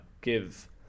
give